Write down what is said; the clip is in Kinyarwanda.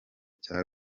cya